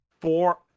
four